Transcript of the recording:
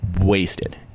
wasted